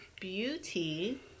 Beauty